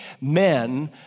Men